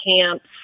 camps